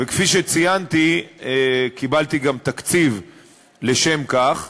וכפי שציינתי, קיבלתי גם תקציב לשם כך.